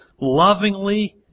lovingly